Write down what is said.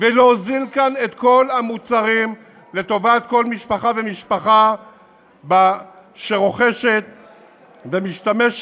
ולהוזיל כאן את כל המוצרים לטובת כל משפחה ומשפחה שרוכשת ומשתמשת